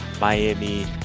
Miami